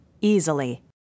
easily